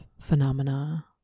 phenomena